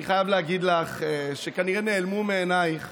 אני חייב להגיד לך שכנראה נעלמו מעינייך